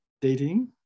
dating